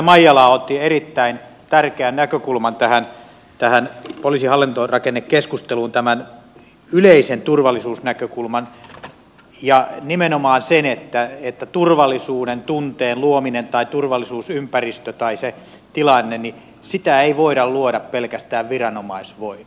hän otti erittäin tärkeän näkökulman tähän poliisin hallintorakennekeskusteluun tämän yleisen turvallisuusnäkökulman ja nimenomaan sen että turvallisuudentunnetta tai turvallisuusympäristöä tai sitä tilannetta ei voida luoda pelkästään viranomaisvoimin